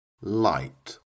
light